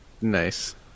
Nice